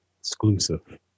Exclusive